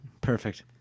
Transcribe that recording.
Perfect